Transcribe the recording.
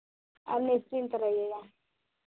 आप निश्चिंत रहिएगा